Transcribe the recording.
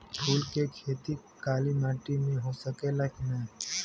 फूल के खेती काली माटी में हो सकेला की ना?